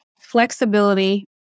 flexibility